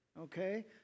okay